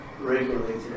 regulated